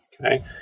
Okay